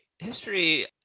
history